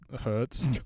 hurts